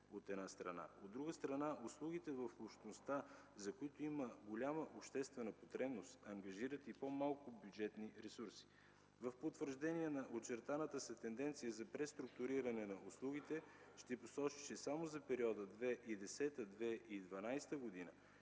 От друга страна, услугите в общността, за които има голяма обществена потребност, ангажират и по-малко бюджетни ресурси. В потвърждение на очерталата се тенденция за преструктуриране на услугите ще посоча, че само за периода 2010 2012 г.,